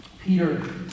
Peter